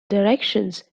directions